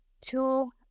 two